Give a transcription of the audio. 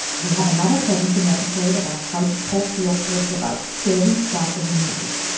we have another parenting episode about how to talk to your kids about scary stuff in the news.